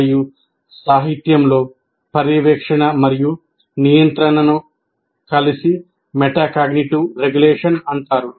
మరియు సాహిత్యంలో పర్యవేక్షణ మరియు నియంత్రణను కలిసి మెటాకాగ్నిటివ్ రెగ్యులేషన్ అంటారు